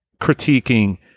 critiquing